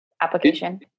application